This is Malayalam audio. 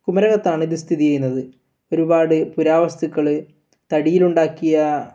കുമാരകത്താണ് ഇത് സ്ഥിതി ചെയ്യുന്നത് ഒരുപാട് പുരാവസ്തുക്കൾ തടിയിലുണ്ടാക്കിയ